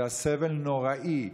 זה היה סבל נוראי,